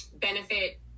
benefit